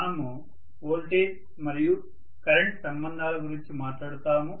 మనము ఓల్టేజ్ మరియు కరెంట్ సంబంధాల గురించి మాట్లాడుతాము